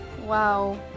wow